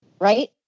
Right